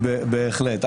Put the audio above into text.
בהחלט.